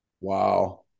Wow